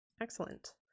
Excellent